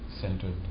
centered